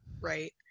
right